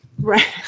Right